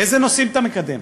איזה נושאים אתה מקדם,